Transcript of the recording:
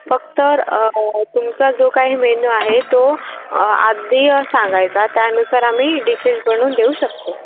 फक्त तुमचा जो काही मेन्यू आहे तो आधी सांगायचा त्यानुसार आम्ही डिशेश बनवून देऊ शकतो